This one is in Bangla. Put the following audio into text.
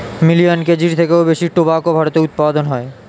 মিলিয়ান কেজির থেকেও বেশি টোবাকো ভারতে উৎপাদন হয়